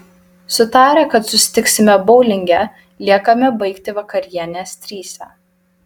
sutarę kad susitiksime boulinge liekame baigti vakarienės trise